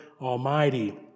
Almighty